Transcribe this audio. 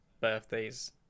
birthdays